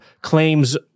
claims